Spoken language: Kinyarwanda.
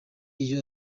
iyo